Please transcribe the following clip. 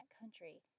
country